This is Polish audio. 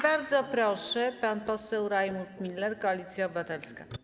Bardzo proszę, pan poseł Rajmund Miller, Koalicja Obywatelska.